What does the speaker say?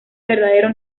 verdadero